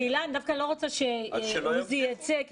אני דווקא לא רוצה שעוזי דיין ייצא כי